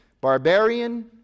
barbarian